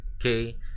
Okay